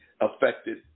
affected